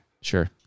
sure